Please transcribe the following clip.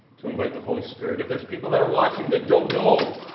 to invite the holy spirit, if there's people that are watching that don't know,